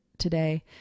today